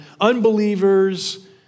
unbelievers